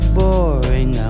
boring